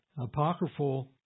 Apocryphal